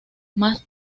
más